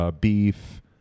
beef